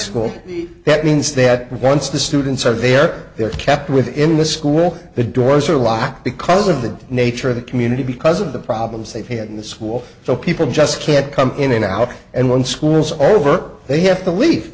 school that means that once the students are there they're kept within the school the doors are locked because of the nature of the community because of the problems they've had in the school so people just can't come in and out and when schools or work they have to leave